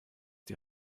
die